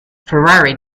ferrari